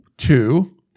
Two